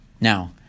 Now